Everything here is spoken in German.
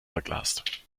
verglast